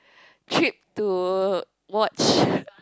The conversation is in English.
trip to watch